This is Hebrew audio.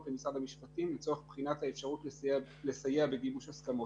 למשרד המשפטים לצורך בחינת האפשרות לסייע בגיבוש הסכמות.